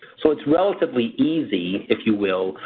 so it's relatively easy, if you will,